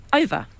over